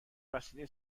وسیله